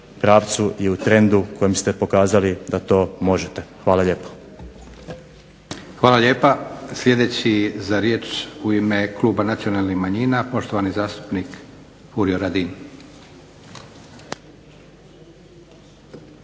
pravcu i u trendu kojim ste pokazali da to možete. Hvala lijepa. **Leko, Josip (SDP)** Hvala lijepa. Sljedeći za riječ u ime kluba Nacionalnih manjina poštovani zastupnik Furio Radin.